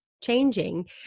changing